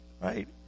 right